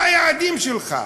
מה היעדים שלך?